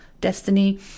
destiny